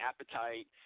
appetite